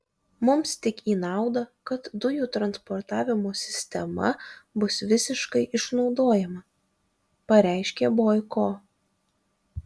mums tik į naudą kad dujų transportavimo sistema bus visiškai išnaudojama pareiškė boiko